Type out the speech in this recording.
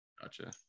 Gotcha